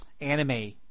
Anime –